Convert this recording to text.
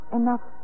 enough